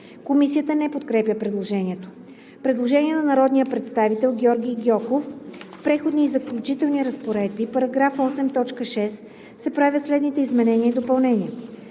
Комисията не подкрепя предложението. Предложение на народния представител Георги Гьоков: „В Преходни и заключителни разпоредби, § 8, т. 6 се правят следните изменения и допълнения: